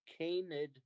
canid